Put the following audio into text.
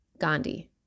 Gandhi